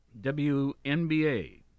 WNBA